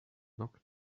knocked